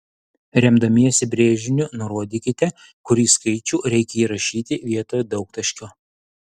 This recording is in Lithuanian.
remdamiesi brėžiniu nurodykite kurį skaičių reikia įrašyti vietoj daugtaškio